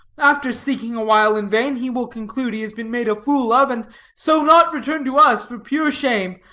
after seeking awhile in vain, he will conclude he has been made a fool of, and so not return to us for pure shame.